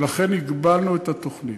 ולכן הגבלנו את התוכנית.